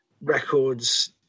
Records